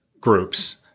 groups